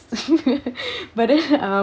but then uh